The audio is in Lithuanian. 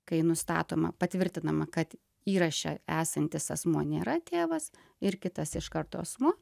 kai nustatoma patvirtinama kad įraše esantis asmuo nėra tėvas ir kitas iš karto asmuo